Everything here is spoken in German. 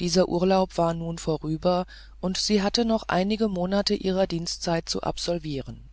dieser urlaub war nun vorüber und sie hatte noch einige monate ihrer dienstzeit zu absolvieren